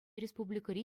республикӑри